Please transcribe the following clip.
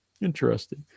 Interesting